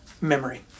memory